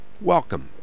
welcome